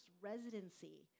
residency